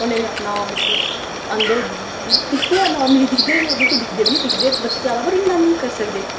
उ'नें बी अपना मतलब आंदे दिखदे नार्मली दिखदे एह् नेईं कि दिखदे बी नेईं दिखदे मतलब ज्यादा पर इ'न्ना नेईं करी सकदे